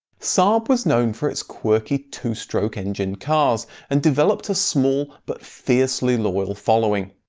saab was known for its quirky two stroke engined cars and developed a small but fiercely loyal following.